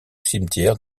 cimetière